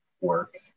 work